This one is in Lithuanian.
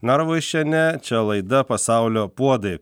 norvaišienė čia laida pasaulio puodai